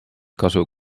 kasu